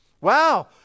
Wow